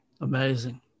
Amazing